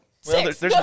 Six